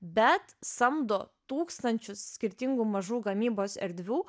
bet samdo tūkstančius skirtingų mažų gamybos erdvių